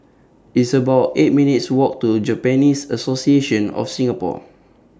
It's about eight minutes' Walk to Japanese Association of Singapore